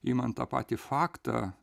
imant tą patį faktą